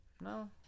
no